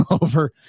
over